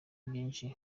byinshi